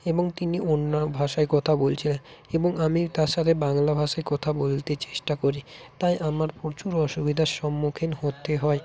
এবং তিনি অন্য ভাষায় কথা বলছিলেন এবং আমি তার সাথে বাংলা ভাষায় কথা বলতে চেষ্টা করি তাই আমার প্রচুর অসুবিধার সম্মুখীন হতে হয়